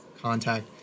contact